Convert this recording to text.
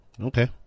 Okay